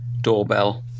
doorbell